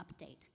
update